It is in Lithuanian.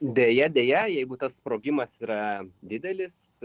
deja deja jeigu tas sprogimas yra didelis